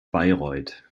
bayreuth